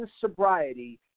sobriety